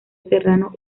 serrano